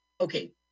Okay